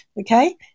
okay